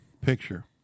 Picture